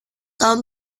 tom